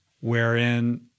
wherein